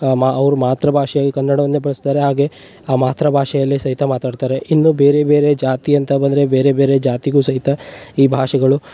ಮಾ ಅವರು ಮಾತೃಭಾಷೆಯಾಗಿ ಕನ್ನಡವನ್ನೇ ಬಳಸ್ತಾರೆ ಹಾಗೆ ಆ ಮಾತೃಭಾಷೆಯಲ್ಲೇ ಸಹಿತ ಮಾತಾಡ್ತಾರೆ ಇನ್ನು ಬೇರೆ ಬೇರೆ ಜಾತಿ ಅಂತ ಬಂದರೆ ಬೇರೆ ಬೇರೆ ಜಾತಿಗೂ ಸಹಿತ ಈ ಭಾಷೆಗಳು